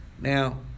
Now